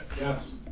Yes